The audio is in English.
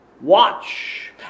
watch